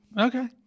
Okay